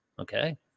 okay